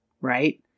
right